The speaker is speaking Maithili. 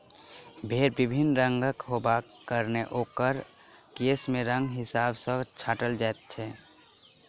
भेंड़ विभिन्न रंगक होयबाक कारणेँ ओकर केश के रंगक हिसाब सॅ छाँटल जाइत छै